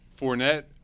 Fournette